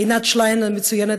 עינת שלאין המצוינת,